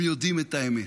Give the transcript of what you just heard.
הם יודעים את האמת,